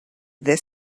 this